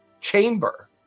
chamber